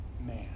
man